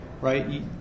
right